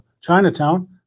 Chinatown